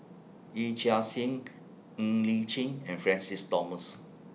Yee Chia Hsing Ng Li Chin and Francis Thomas